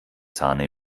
sahne